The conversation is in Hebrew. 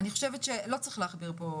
אני חושבת שלא צריך להכביר פה במילים.